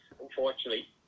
unfortunately